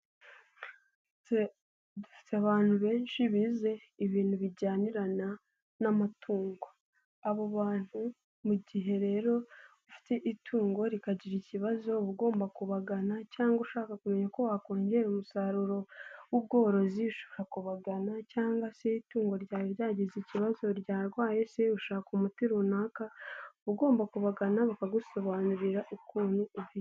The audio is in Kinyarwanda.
Dufite abantu benshi bize, ibintu bijyanirana n'amatungo. Abo bantu mu gihe rero ufite itungo rikagira ikibazo, uba ugomba kubagana, cyangwa ushaka kumenya uko wakongera umusaruro w'ubworozi, ushobora kubagana, cyangwa se itungo ryawe ryagize ikibazo ryarwaye se, ushaka umuti runaka, ugomba kubagana bakagusobanurira ukuntu ufite.